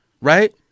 right